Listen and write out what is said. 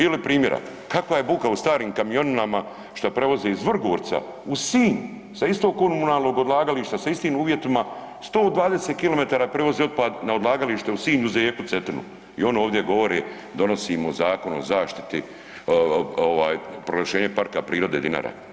Ili primjera, kakva je buka u starim kamionima što prevoze iz Vrgorca u Sinj sa istog komunalnog odlagališta, sa istim uvjetima 120 km prevozi otpad na odlagalište u Sinj uz rijeku Cetinu i on ovdje govorimo donosimo zakon o zaštiti, ovaj, proglašenja parka prirode Dinara.